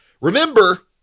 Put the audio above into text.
Remember